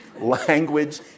Language